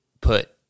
put